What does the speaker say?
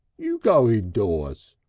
you go indoors!